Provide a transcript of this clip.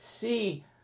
see